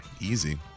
Easy